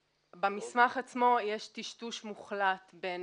במסמך עצמו יש טשטוש מוחלט בין